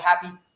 Happy